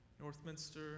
Northminster